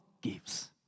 gives